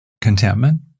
contentment